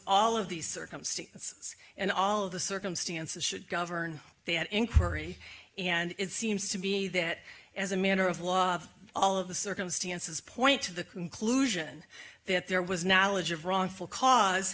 all of these circumstances and all of the circumstances should govern they had inquiry and it seems to be that as a matter of law all of the circumstances point to the conclusion that there was not a legit wrongful cause